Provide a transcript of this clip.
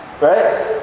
right